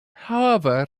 however